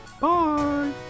Bye